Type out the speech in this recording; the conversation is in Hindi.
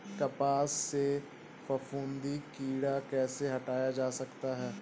कपास से फफूंदी कीड़ा कैसे हटाया जा सकता है?